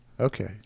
Okay